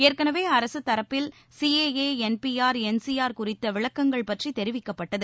ஏற்களவே அரசு தரப்பில் C A N P R N R C குறித்த விளக்கங்கள் பற்றி தெரிவிக்கப்பட்டது